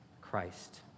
Christ